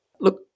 look